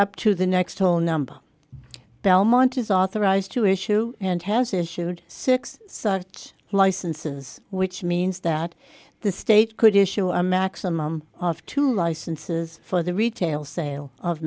up to the next whole number belmont is authorized to issue and has issued six such licenses which means that the state could issue a maximum of two licenses for the retail sale of